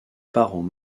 parents